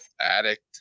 Addict